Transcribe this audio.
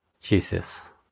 Jesus